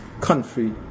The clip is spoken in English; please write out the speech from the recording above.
country